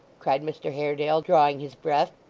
cried mr haredale, drawing his breath.